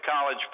college